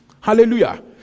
Hallelujah